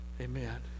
Amen